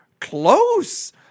Close